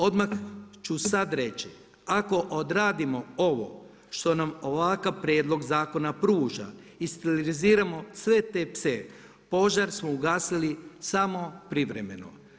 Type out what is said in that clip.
Odmah ću sada reći, ako odradimo ovo što nam ovakav prijedlog zakona pruža i steriliziramo sve te pse požar smo ugasili samo privremeno.